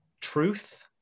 truth